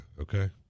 okay